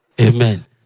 Amen